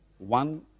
One